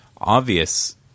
obvious